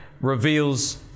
reveals